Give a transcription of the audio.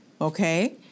Okay